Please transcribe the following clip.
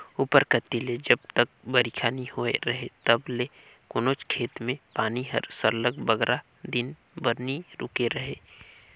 उपर कती ले जब तक बरिखा नी होए रहें तब ले कोनोच खेत में पानी हर सरलग बगरा दिन बर नी रूके रहे